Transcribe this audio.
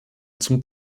zum